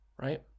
right